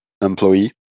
employee